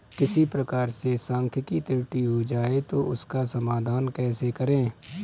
किसी प्रकार से सांख्यिकी त्रुटि हो जाए तो उसका समाधान कैसे करें?